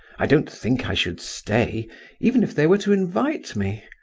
i don't think i should stay even if they were to invite me.